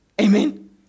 Amen